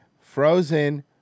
Frozen